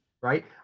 Right